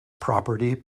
property